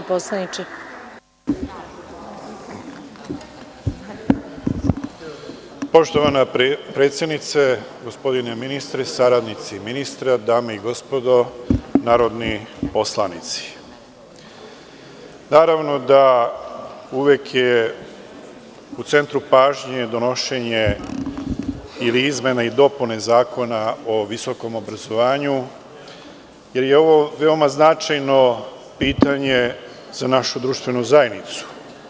Poštovana predsednice, gospodine ministre, saradnici ministra, dame i gospodo narodni poslanici, uvek je u centru pažnje donošenje ili izmene i dopune Zakona o visokom obrazovanju, jer je ovo veoma značajno pitanje za našu društvenu zajednicu.